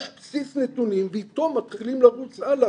בסיס נתונים ואיתו מתחילים לרוץ הלאה,